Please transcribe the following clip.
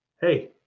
hey